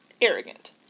arrogant